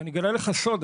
אני אגלה לך סוד.